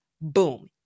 Boom